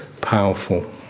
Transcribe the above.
powerful